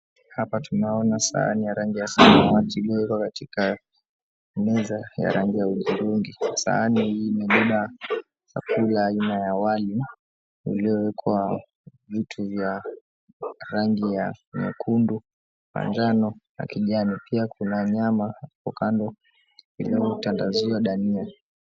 Hapa tunaona sahani ya rangi ya samawati iliyowekwa katika meza ya rangi ya hudhurungi. Sahani hii imebeba chakula aina ya wali, uliowekwa vitu vya rangi ya nyekundu, manjano, na kijani. Pia kuna nyama hapo kando, iliyotandaziwa dania.